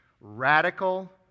radical